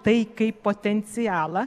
tai kaip potencialą